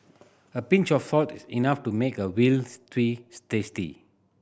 a pinch of salt is enough to make a veal stew tasty